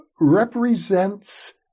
represents